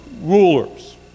rulers